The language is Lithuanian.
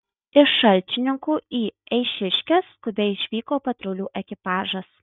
iš šalčininkų į eišiškes skubiai išvyko patrulių ekipažas